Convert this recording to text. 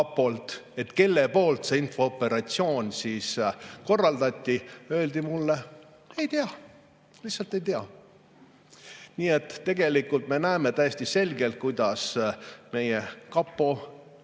et kes selle infooperatsiooni korraldas, öeldi mulle: ei tea, lihtsalt ei tea. Nii et tegelikult me näeme täiesti selgelt, kuidas meie kapo